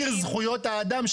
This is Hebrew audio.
אביר זכויות האדם,